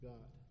God